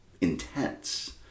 intense